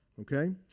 Okay